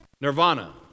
nirvana